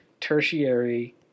tertiary